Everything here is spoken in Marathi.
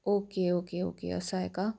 ओके ओके ओके असं आहे का